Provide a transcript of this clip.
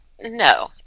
no